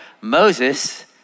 Moses